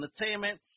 entertainment